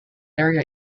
area